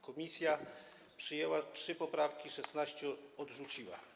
Komisja przyjęła trzy poprawki, a 16 odrzuciła.